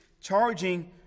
charging